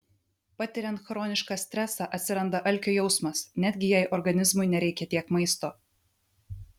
patiriant chronišką stresą atsiranda alkio jausmas netgi jei organizmui nereikia tiek maisto